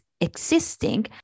existing